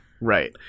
right